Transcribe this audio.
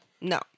No